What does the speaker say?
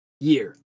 year